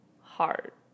heart